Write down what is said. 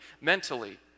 mentally